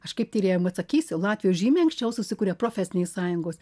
aš kaip tyrėja jum atsakysiu latvijoj žymiai anksčiau susikuria profesinės sąjungos